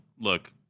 look